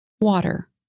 Water